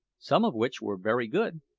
some of which were very good,